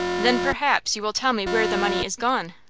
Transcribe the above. then, perhaps, you will tell me where the money is gone?